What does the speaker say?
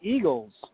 Eagles